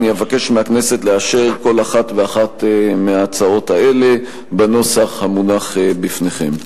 אני אבקש מהכנסת לאשר כל אחת ואחת מההצעות האלה בנוסח המונח בפניכם.